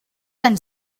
anys